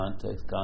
context